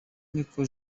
niko